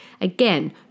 Again